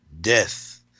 death